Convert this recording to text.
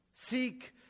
Seek